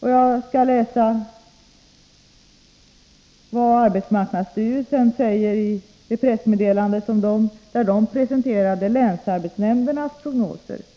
Jag kan återge vad arbetsmarknadsstyrelsen skrivit i det pressmeddelande där länsarbetsnämndernas prognoser presenterades.